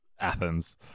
athens